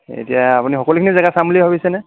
এতিয়া আপুনি সকলোখিনি জেগায়ে চাম বুলি ভাবিছেনে